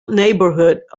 neighbourhood